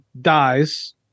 dies